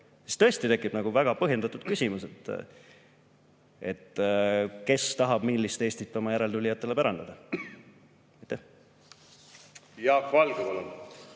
siis tõesti tekib väga põhjendatud küsimus, kes tahab millist Eestit oma järeltulijatele pärandada. Jaak Valge, palun!